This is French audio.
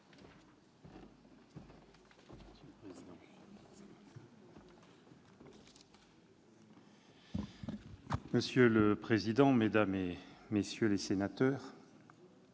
Monsieur le président, mesdames, messieurs les sénateurs,